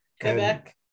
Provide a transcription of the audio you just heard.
Quebec